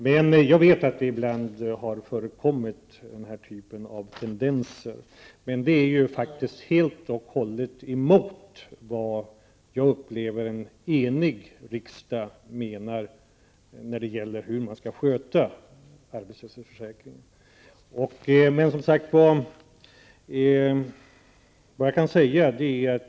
Men detta är helt och hållet emot vad jag upplever en enig riksdag menar när det gäller hur man skall sköta arbetslöshetsförsäkringen.